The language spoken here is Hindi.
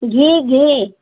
घी घी